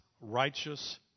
righteous